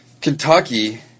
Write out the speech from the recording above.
Kentucky